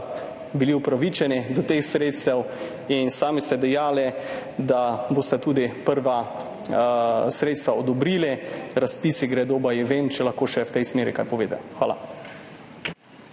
Pirana upravičeni do teh sredstev? Sami ste dejali, da boste tudi prva sredstva odobrili, razpisi gredo baje ven. Če lahko še v tej smeri kaj poveste. Hvala.